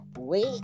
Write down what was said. Wait